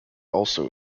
also